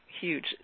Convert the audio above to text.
huge